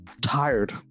Tired